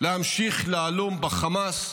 להמשיך להלום בחמאס,